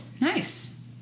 Nice